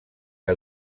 que